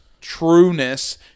trueness